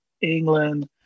England